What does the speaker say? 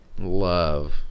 love